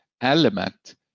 element